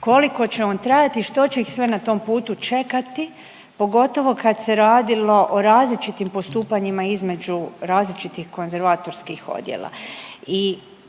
koliko će on trajati i što će ih sve na tom putu čekati, pogotovo kad se radilo o različitim postupanjima između različitih konzervatorskih odjela